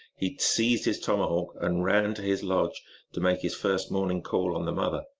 he seized his tomahawk and ran to his lodge to make his first morning call on the mother.